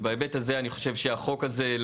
ובהיבט הזה אני חושב שהחוק הזה,